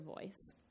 voice